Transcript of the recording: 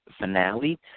finale